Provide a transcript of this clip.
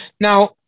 Now